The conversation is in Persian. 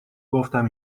گفتم